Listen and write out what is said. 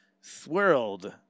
swirled